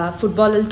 football